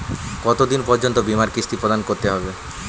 কতো দিন পর্যন্ত বিমার কিস্তি প্রদান করতে হবে?